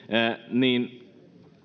niin